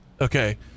Okay